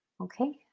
okay